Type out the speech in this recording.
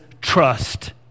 trust